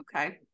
Okay